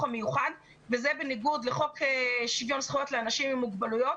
המיוחד וזה בניגוד לחוק שוויון זכויות לאנשים עם מוגבלויות